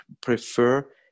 prefer